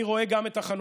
גם אני רואה את החנויות,